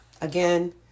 again